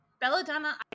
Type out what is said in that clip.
belladonna